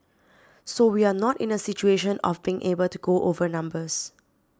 so we are not in a situation of being able to go over numbers